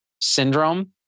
syndrome